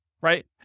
right